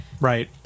Right